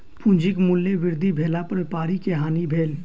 पूंजीक मूल्य वृद्धि भेला पर व्यापारी के हानि भेल